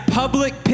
public